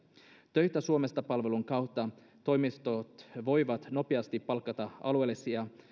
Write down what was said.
töitä suomesta palvelun kautta toimistot voivat nopeasti palkata alueellisia